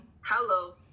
Hello